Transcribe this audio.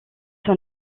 son